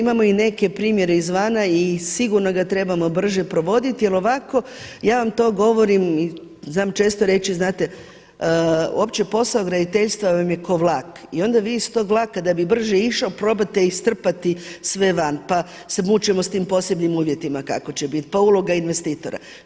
Imali smo i neke, imamo i neke primjere izvana i sigurno ga trebamo brže provoditi jer ovako, ja vam to govorim i znam često reći, znate, uopće posao graditeljstva vam je kao vlak i onda vi iz tog vlaka da bi brže išao, probate iz strpati sve van pa se mučimo sa tim posebnim uvjetima kako će biti, pa uloga investitora.